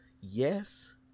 yes